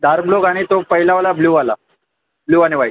dark blue आणि तो पहिलावाला ब्ल्यूवाला ब्ल्यू आणि व्हाईट